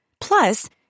Plus